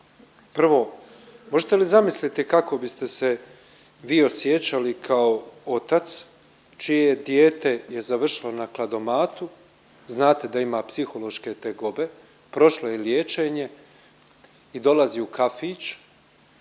Prvo, možete li zamisliti kako biste se vi osjećali kao otac čije je dijete završilo na kladomatu, znate da ima psihološke tegobe, prošlo je liječenje i dolazi u kafić,